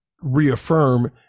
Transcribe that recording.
reaffirm